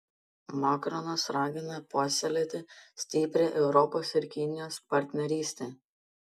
makronas ragina puoselėti stiprią europos ir kinijos partnerystę